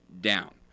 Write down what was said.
down